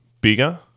bigger